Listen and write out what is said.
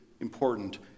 important